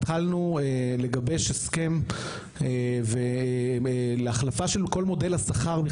התחלנו לגבש הסכם להחלפה של כל מודל השכר של